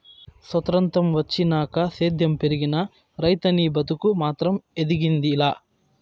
సొత్రంతం వచ్చినాక సేద్యం పెరిగినా, రైతనీ బతుకు మాత్రం ఎదిగింది లా